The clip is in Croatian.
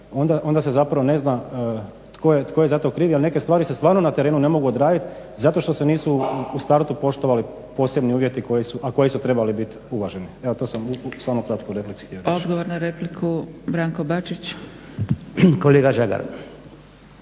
onda se zapravo ne zna tko je za to kriv, jer neke stvari se stvarno na terenu ne mogu odradit zato što se nisu u startu poštovali posebni uvjeti koji su trebali biti uvaženi. Evo to sam samo kratko u replici htio reći.